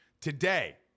today